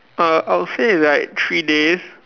uh I'll say it's like three days